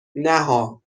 نهها